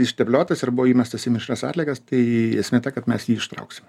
išterliotas ir buvo įmestas į mišrias atliekas tai esmė ta kad mes jį ištrauksime